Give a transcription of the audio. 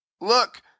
Look